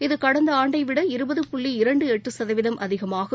இது கடந்தஆண்டைவிட இருபது புள்ளி இரண்டுஎட்டுசதவீதம் அதிகமாகும்